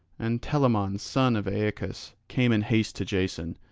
and telamon son of aeacus came in haste to jason,